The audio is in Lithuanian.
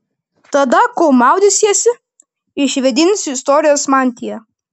tada kol maudysiesi išvėdinsiu istorijos mantiją